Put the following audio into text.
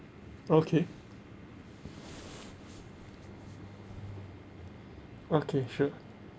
okay okay sure